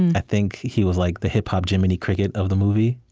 i think he was like the hip-hop jiminy cricket of the movie